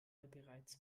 bereits